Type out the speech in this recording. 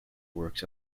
works